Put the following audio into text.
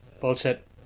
Bullshit